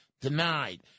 denied